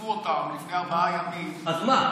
שחטפו לפני ארבעה ימים, אז מה?